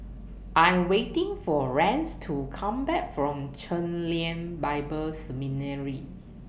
I Am waiting For Rance to Come Back from Chen Lien Bible Seminary